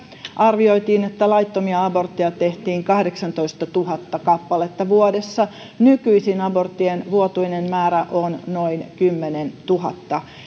arvioitiin että laittomia abortteja tehtiin kahdeksantoistatuhatta kappaletta vuodessa nykyisin aborttien vuotuinen määrä on noin kymmenentuhatta